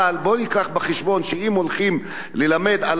אבל בוא נביא בחשבון שאם הולכים ללמד על